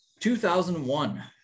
2001